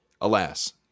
Alas